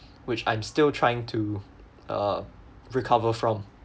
which I'm still trying to uh recover from